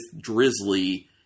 Drizzly